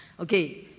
Okay